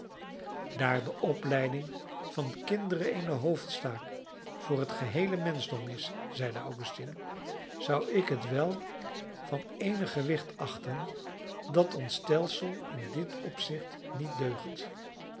daar de opleiding van kinderen eene hoofdzaak voor het geheele menschdom is zeide augustine zou ik het wel van eenig gewicht achten dat ons stelsel in dit opzicht niet deugt